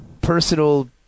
personal